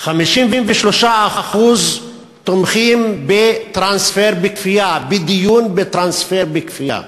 53% תומכים בטרנספר בכפייה, בדיון בטרנספר בכפייה,